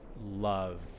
love